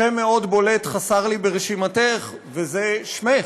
שם מאוד בולט חסר לי ברשימתך, והוא שמך.